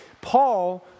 Paul